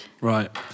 Right